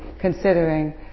considering